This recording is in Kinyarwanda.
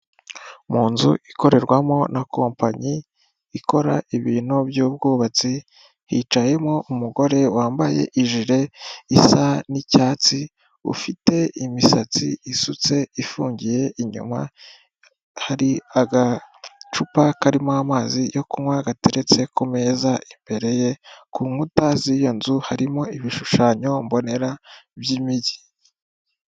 Mu nzu ikorerwamo na kompanyi ikora ibintu by'ubwubatsi, hicayemo umugore wambaye ijire isa n'icyatsi ufite imisatsi isutse ifungiye inyuma, hari agacupa karimo amazi yo kunywa gateretse ku meza imbere ye ku nkuta z'iyo nzu harimo ibishushanyo mbonera by'imijyi.